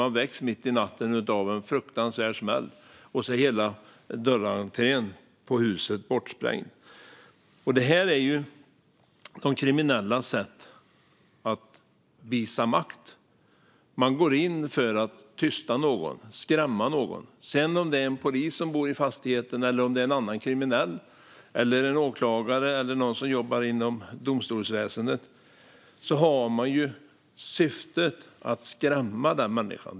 De väcks mitt i natten av en fruktansvärd smäll, och så är hela dörrentrén på huset bortsprängd. Det här är de kriminellas sätt att visa makt. Man går in för att tysta någon, skrämma någon. Om det sedan är en polis som bor i fastigheten, en annan kriminell, en åklagare eller någon som jobbar inom domstolsväsendet är syftet att skrämma den människan.